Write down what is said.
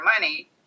money